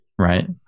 right